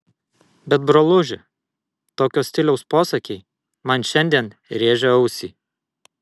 bet broluži tokio stiliaus posakiai man šiandien rėžia ausį